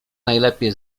najlepiej